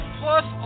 plus